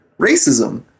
racism